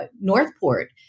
Northport